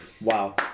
Wow